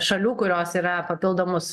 šalių kurios yra papildomus